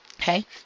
Okay